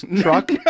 truck